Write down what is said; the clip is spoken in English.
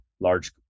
large